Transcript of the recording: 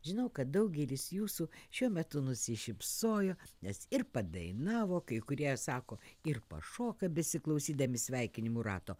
žinau kad daugelis jūsų šiuo metu nusišypsojo nes ir padainavo kai kurie sako ir pašoka besiklausydami sveikinimų rato